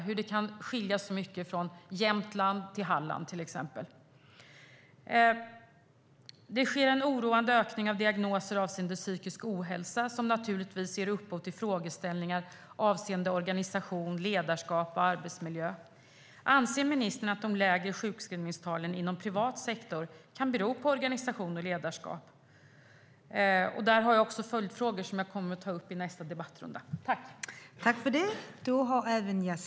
Hur kan det skilja så mycket mellan till exempel Jämtland och Halland? Det sker en oroande ökning av diagnoser avseende psykisk ohälsa som naturligtvis ger upphov till frågeställningar avseende organisation, ledarskap och arbetsmiljö. Anser ministern att de lägre sjukskrivningstalen inom privat sektor kan bero på organisation och ledarskap? Där har jag också följdfrågor som jag kommer att ta upp i nästa inlägg.